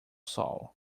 sol